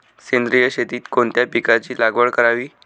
सेंद्रिय शेतीत कोणत्या पिकाची लागवड करावी?